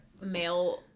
male